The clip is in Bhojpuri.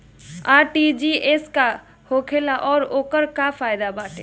आर.टी.जी.एस का होखेला और ओकर का फाइदा बाटे?